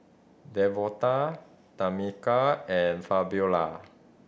Devonta Tamica and Fabiola